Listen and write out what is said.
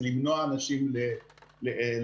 זה למנוע אנשים לחלות.